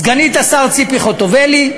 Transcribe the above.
סגנית השר ציפי חוטובלי,